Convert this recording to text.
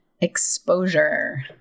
exposure